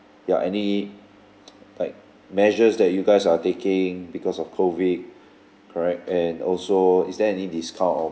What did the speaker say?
ya any like measures that you guys are taking because of COVID correct and also is there any discount or